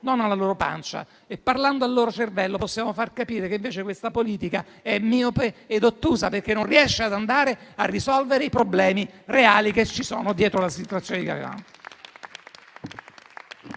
non alla loro pancia, e così facendo possiamo far capire che invece questa politica è miope ed ottusa, perché non riesce a risolvere i problemi reali che ci sono dietro la situazione di Caivano.